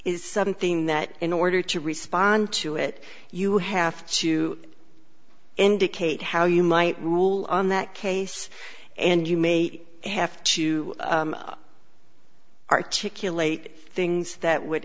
is something that in order to respond to it you have to indicate how you might rule on that case and you may have to articulate things that would